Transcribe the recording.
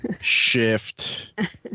shift